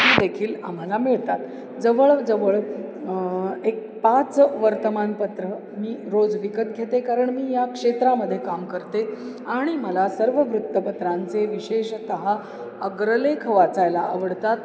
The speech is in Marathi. ती देखील आम्हाला मिळतात जवळजवळ एक पाच वर्तमानपत्रं मी रोज विकत घेते कारण मी या क्षेत्रामध्ये काम करते आणि मला सर्व वृत्तपत्रांचे विशेषतः अग्रलेख वाचायला आवडतात